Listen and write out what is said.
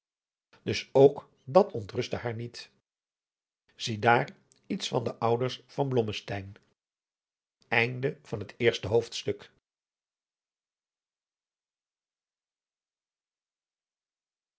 dus ook dat ontrustte haar niet ziedaar iets van de ouders van